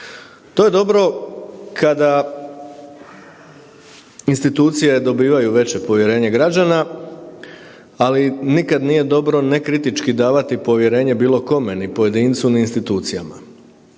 To je dobro kada institucije dobivaju veće povjerenje građana, ali nikad nije dobro nekritički davati povjerenje bilo kome, ni pojedincu ni institucijama.